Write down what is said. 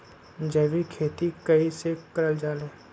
जैविक खेती कई से करल जाले?